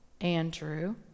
Andrew